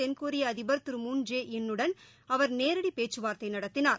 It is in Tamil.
தென்கொரிய அதிபர் திரு மூன் ஜே இன் உடன் அவர் நேரடி பேச்சுவார்த்தை முன்னதாக நடத்தினார்